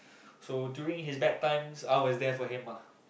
so during his bad times I was there for him ah